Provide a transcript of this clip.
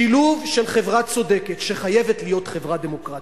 שילוב של חברה צודקת שחייבת להיות חברה דמוקרטית.